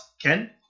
Ken